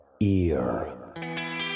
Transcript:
ear